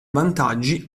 vantaggi